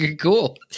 cool